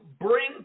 bring